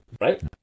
Right